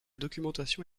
documentation